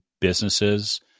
businesses